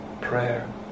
Prayer